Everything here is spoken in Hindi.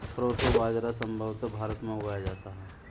प्रोसो बाजरा संभवत भारत में उगाया जाता है